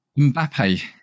Mbappe